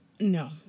no